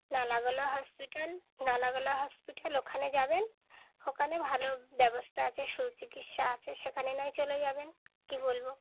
নালাগোলা hospital লাগোলা hospital ওখানে যাবেন ওখানে ভালো ব্যবস্থা আছে সুচিকিৎসা আছে সেখানে নয় চলে যাবেন কি বলবো